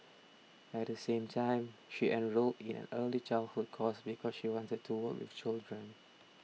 at the same time she enrolled in an early childhood course because she wanted to work with children